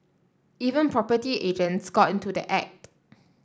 even property agents got into the act